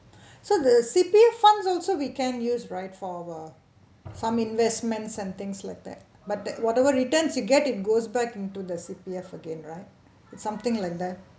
so the C_P_F funds also we can use right for uh some investments and things like that but that whatever returns you get it goes back into the C_P_F again right it's something like that